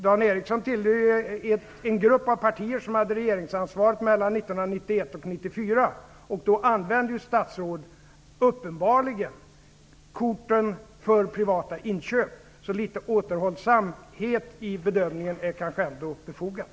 Dan Ericsson tillhör en grupp av partier som hade regeringsansvaret mellan 1991 och 1994, och då använde statsråd uppenbarligen korten för privata inköp. Litet återhållsamhet i bedömningen är kanske befogad.